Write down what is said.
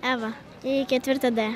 eva į ketvirtą d